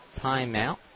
Timeout